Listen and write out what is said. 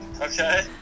Okay